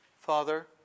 Father